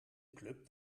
club